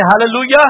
hallelujah